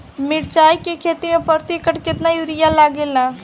मिरचाई के खेती मे प्रति एकड़ केतना यूरिया लागे ला?